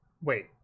Wait